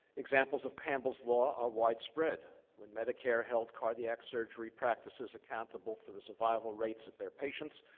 examples of campbell's law are widespread. when medicare held cardiac surgery practices accountable for the survival rates of their patients,